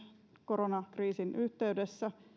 koronakriisin yhteydessä